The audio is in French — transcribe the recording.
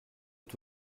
est